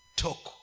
talk